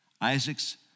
Isaac's